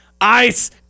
Ice